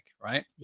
right